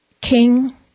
King